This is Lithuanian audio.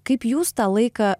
kaip jūs tą laiką